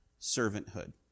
servanthood